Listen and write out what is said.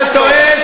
אתה טועה.